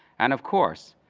and, of course,